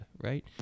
right